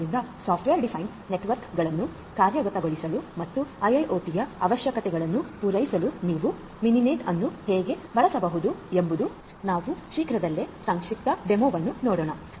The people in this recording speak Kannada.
ಆದ್ದರಿಂದ ಸಾಫ್ಟ್ವೇರ್ ಡಿಫೈನ್ಡ್ ನೆಟ್ವರ್ಕ್ಗಳನ್ನು ಕಾರ್ಯಗತಗೊಳಿಸಲು ಮತ್ತು ಐಐಒಟಿIIoTಯ ಅವಶ್ಯಕತೆಗಳನ್ನು ಪೂರೈಸಲು ನೀವು ಮಿನಿನೆಟ್ ಅನ್ನು ಹೇಗೆ ಬಳಸಬಹುದು ಎಂಬುದು ನೀಡಲಿದ್ದೇನೆ ನಾವು ಶೀಘ್ರದಲ್ಲೇ ಸಂಕ್ಷಿಪ್ತ ಡೆಮೊವನ್ನು ನೋಡೋಣ